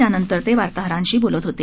त्यानंतर ते वार्ताहरांशी बोलत होते